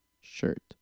shirt